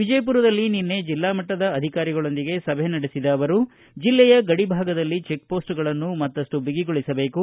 ವಿಜಯಪುರದಲ್ಲಿ ನಿನ್ನೆ ಜಿಲ್ಲಾ ಮಟ್ಲದ ಅಧಿಕಾರಿಗಳೊಂದಿಗೆ ಸಭೆ ನಡೆಸಿದ ಅವರು ಜಿಲ್ಲೆಯ ಗಡಿಭಾಗದಲ್ಲಿ ಚಿಕ್ಪೋಸ್ಟ್ಗಳನ್ನು ಮತ್ತಷ್ಟು ಬಿಗಿಗೊಳಿಸಬೇಕು